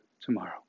tomorrow